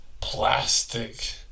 plastic